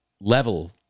level